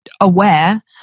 aware